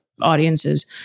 audiences